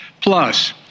Plus